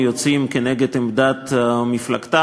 יוצאים כנגד עמדת מפלגתם.